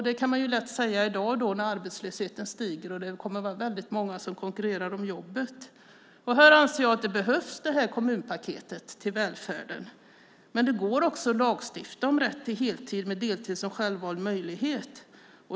Det kan man lätt säga i dag, när arbetslösheten stiger och det kommer att vara väldigt många som konkurrerar om jobben. Jag anser att kommunpaketet till välfärden behövs. Men det går också att lagstifta om rätt till heltid, med deltid som självvald möjlighet.